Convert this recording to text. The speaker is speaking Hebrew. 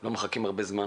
לא מחכים הרבה זמן